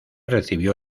recibió